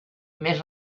més